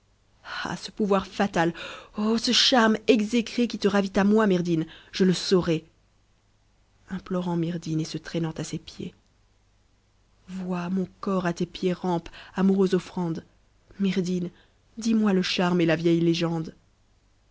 ah ce pouvoir fatal oh ce charme exécré qui te ravit à moi myrdhinn je le saurai wt mm m fm mt m mt vois mon corps à tes pieds rampe amoureuse offrande myrdhinn dis-moi le charme et la vieille légende